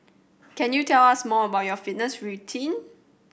can you tell us more about your fitness routine